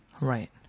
right